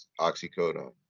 oxycodone